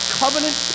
covenant